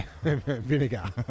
Vinegar